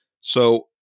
So-